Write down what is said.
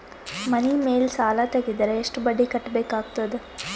ಮನಿ ಮೇಲ್ ಸಾಲ ತೆಗೆದರ ಎಷ್ಟ ಬಡ್ಡಿ ಕಟ್ಟಬೇಕಾಗತದ?